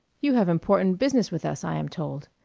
you have important business with us, i am told,